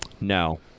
No